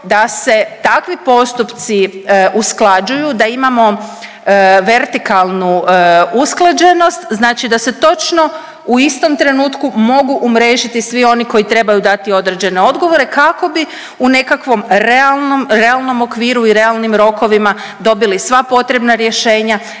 da se takvi postupci usklađuju, da imamo vertikalnu usklađenost. Znači da se točno u istom trenutku mogu umrežiti svi oni koji trebaju dati određene odgovore kako bi u nekakvom realnom, realnom okviru i realnim rokovima dobili sva potrebna rješenja